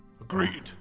Agreed